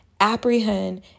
apprehend